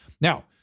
Now